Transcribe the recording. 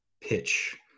pitch